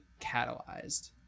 catalyzed